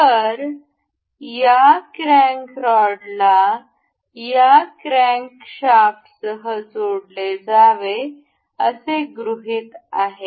तर या क्रॅंक रॉडला या क्रॅन्कशाफ्टसह जोडले जावे असे गृहीत आहे